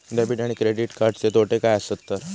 Debit आणि credit कार्डचे तोटे काय आसत तर?